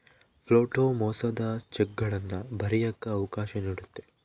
float ಮೋಸದ ಚೆಕ್ಗಳನ್ನ ಬರಿಯಕ್ಕ ಅವಕಾಶ ನೀಡುತ್ತೆ